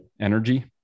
Energy